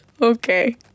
Okay